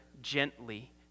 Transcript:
gently